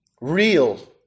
real